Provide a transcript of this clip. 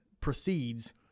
proceeds